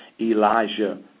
Elijah